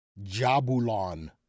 Jabulon